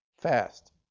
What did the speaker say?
fast